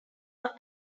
are